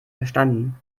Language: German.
verstanden